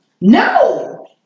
No